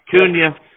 Cunha